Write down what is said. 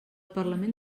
parlament